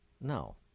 no